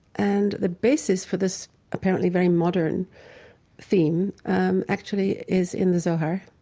and the basis for this apparently very modern theme um actually is in the zohar,